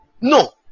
No